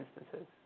instances